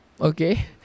okay